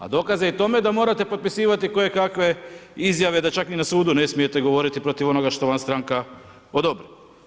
A dokaz je i tome da morate potpisivati kojekakve izjave da čak ni na sudu ne smijete govoriti protiv onoga što vam stranka odobri.